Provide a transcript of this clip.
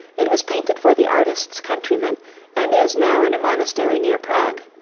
it was painted for the artist's countrymen and is now in a monastery near prague.